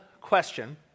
question